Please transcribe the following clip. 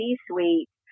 C-suite